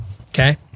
Okay